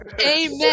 Amen